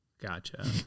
Gotcha